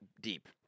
deep